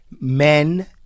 men